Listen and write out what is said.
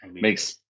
makes